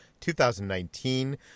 2019